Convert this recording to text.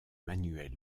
manuel